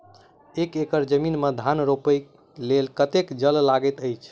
एक एकड़ जमीन मे धान रोपय लेल कतेक जल लागति अछि?